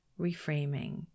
reframing